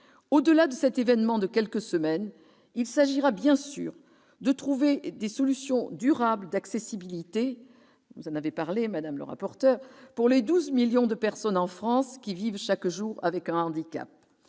Au-delà de cet événement de quelques semaines, il s'agira bien sûr de trouver des solutions durables d'accessibilité- vous en avez parlé, madame le rapporteur -pour les 12 millions de personnes qui vivent chaque jour, en France, avec un handicap.